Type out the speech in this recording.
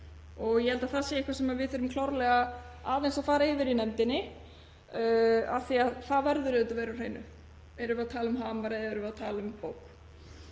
ég held að það sé eitthvað sem við þurfum klárlega aðeins að fara yfir í nefndinni af því að það verður að vera á hreinu. Erum við að tala um hamar eða erum við að tala um bók?